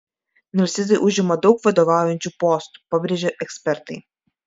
narcizai užima daug vadovaujančių postų pabrėžia ekspertai